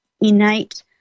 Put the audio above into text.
innate